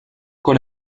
con